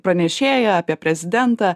pranešėją apie prezidentą